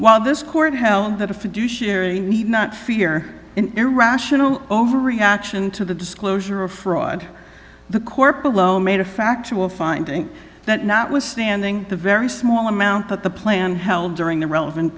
need not fear in irrational overreaction to the disclosure of fraud the corporate low made a factual finding that notwithstanding the very small amount that the plan held during the relevant